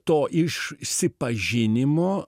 to išsipažinimo